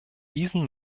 diesen